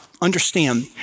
understand